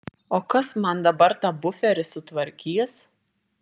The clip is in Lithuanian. o kas man dabar tą buferį sutvarkys